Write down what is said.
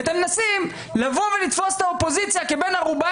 ואתם מנסים לבוא ולתפוס את האופוזיציה כבת ערובה,